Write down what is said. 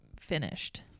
finished